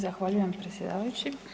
Zahvaljujem predsjedavajući.